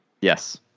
Yes